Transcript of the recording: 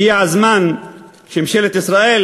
הגיע הזמן שממשלת ישראל